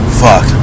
fuck